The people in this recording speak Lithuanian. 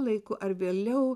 laiku ar vėliau